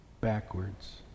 backwards